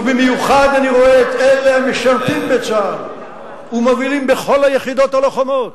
ובמיוחד אני רואה את אלה המשרתים בצה"ל ומובילים בכל היחידות הלוחמות.